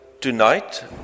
tonight